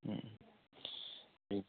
दे